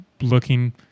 looking